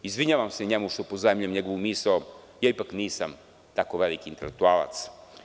Izvinjavam se njemu što pozajmljujem njegovu misao, jer ipak nisam tako veliki intelektualac.